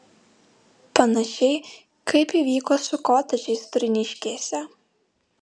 panašiai kaip įvyko su kotedžais turniškėse